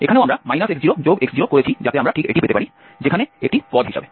এখানেও আমরা x0x0 করেছি যাতে আমরা ঠিক এটি পেতে পারি সেখানে একটি পদ হিসাবে